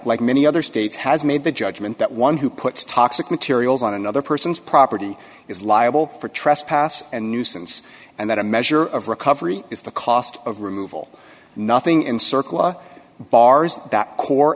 like many other states has made the judgment that one who puts toxic materials on another person's property is liable for trespass and nuisance and that a measure of recovery is the cost of removal nothing in circle bars that core